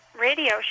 radio